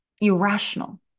Irrational